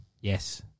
Yes